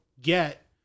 get